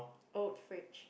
old fridge